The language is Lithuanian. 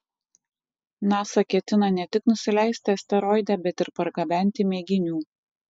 nasa ketina ne tik nusileisti asteroide bet ir pargabenti mėginių